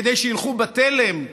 כדי שילכו בתלם,